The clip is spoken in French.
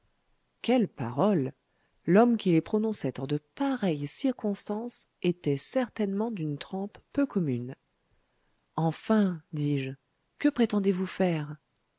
quelles paroles l'homme qui les prononçait en de pareilles circonstances était certainement d'une trempe peu commune enfin dis-je que prétendez-vous faire